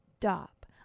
stop